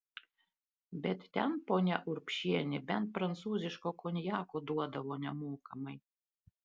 bet ten ponia urbšienė bent prancūziško konjako duodavo nemokamai